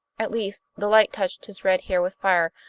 at least, the light touched his red hair with fire,